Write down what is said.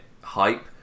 hype